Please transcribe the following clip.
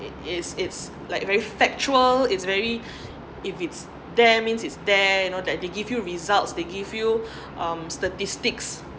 is it's like very factual it's very if it's there means it's there you know that they give you results they give you um statistics